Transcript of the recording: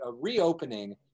reopening